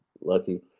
Lucky